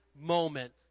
moment